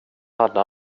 hade